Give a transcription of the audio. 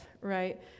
right